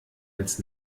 als